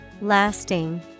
Lasting